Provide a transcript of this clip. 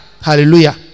hallelujah